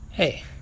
Hey